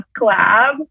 collab